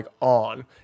on